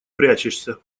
прячешься